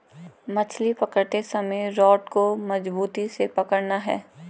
मछली पकड़ते समय रॉड को मजबूती से पकड़ना है